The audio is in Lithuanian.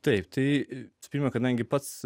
taip tai pirma kadangi pats